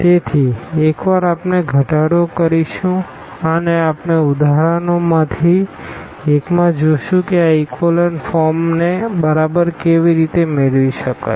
તેથી એકવાર આપણે ઘટાડો કરીશું અને આપણે ઉદાહરણોમાંથી એકમાં જોશું કે આ ઇકોલન ફોર્મને બરાબર કેવી રીતે મેળવી શકાય